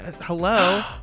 Hello